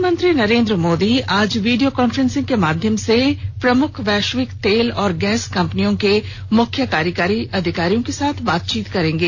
प्रधानमंत्री नरेन्द्र मोदी आज video conference के माध्यम से प्रमुख वैश्विक तेल और गैस कंपनियों के मुख्य कार्यकारी अधिकारियों के साथ बातचीत करेंगे